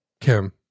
kim